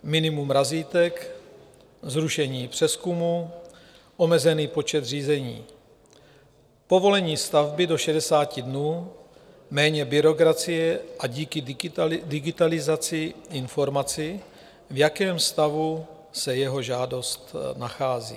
Minimum razítek, zrušení přezkumu, omezený počet řízení, povolení stavby do 60 dnů, méně byrokracie a díky digitalizaci informaci, v jakém stavu se jeho žádost nachází.